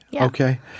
okay